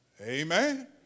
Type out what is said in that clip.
Amen